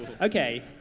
Okay